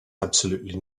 absolutely